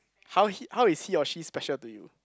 how he how is he or she special to you